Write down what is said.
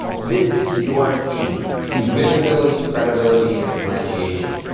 this is your key to visibility, credibility and differentiation.